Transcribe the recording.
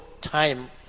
time